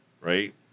right